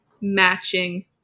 matching